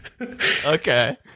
Okay